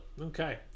okay